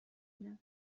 بینم